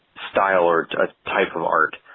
style or ah type of art?